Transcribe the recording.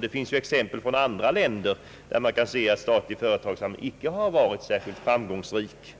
Det finns ju också exempel från andra länder på att statlig företagsamhet inte varit framgångsrik.